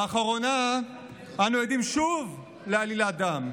לאחרונה אנחנו עדים שוב לעלילת דם.